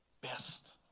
best